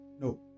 No